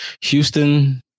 Houston